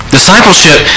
Discipleship